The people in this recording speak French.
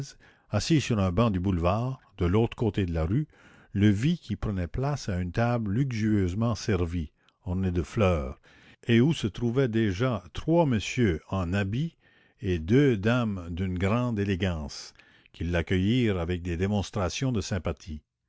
assis sur un banc du boulevard le vit qui prenait place à une table luxueusement servie ornée de fleurs et où se trouvaient déjà trois messieurs en habit et deux dames d'une grande élégance qui l'accueillirent avec des démonstrations de sympathie